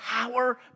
power